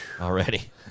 already